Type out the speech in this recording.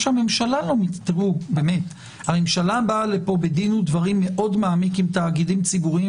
הממשלה באה פה בדין ודברים מעמיק מאוד עם תאגידים ציבוריים